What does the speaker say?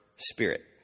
Spirit